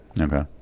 Okay